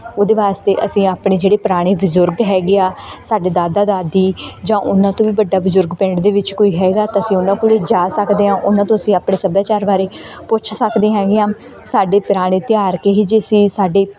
ਉਹਦੇ ਵਾਸਤੇ ਅਸੀਂ ਆਪਣੇ ਜਿਹੜੇ ਪੁਰਾਣੇ ਬਜ਼ੁਰਗ ਜਿਹੜੇ ਹੈਗੇ ਆ ਸਾਡੇ ਦਾਦਾ ਦਾਦੀ ਜਾਂ ਉਹਨਾਂ ਤੋਂ ਵੀ ਵੱਡਾ ਬਜ਼ੁਰਗ ਪਿੰਡ ਦੇ ਵਿੱਚ ਕੋਈ ਹੈਗਾ ਤਾਂ ਅਸੀਂ ਉਹਨਾਂ ਕੋਲ ਜਾ ਸਕਦੇ ਹਾਂ ਉਹਨਾਂ ਤੋਂ ਅਸੀਂ ਆਪਣੇ ਸੱਭਿਆਚਾਰ ਬਾਰੇ ਪੁੱਛ ਸਕਦੇ ਹੈਗੇ ਹਾਂ ਸਾਡੇ ਪੁਰਾਣੇ ਤਿਉਹਾਰ ਕਿਹੇ ਜਿਹੇ ਸੀ ਸਾਡੇ